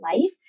life